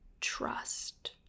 trust